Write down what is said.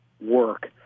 work